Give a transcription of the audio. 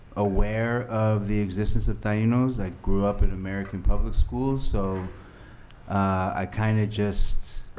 aware of the existence of taino. i grew up in american public schools, so i kind of just